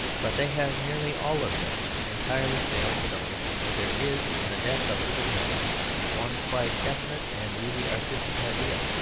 but they have nearly all of them entirely failed to notice that there is in the death of little nell one quite definite and really artistic idea.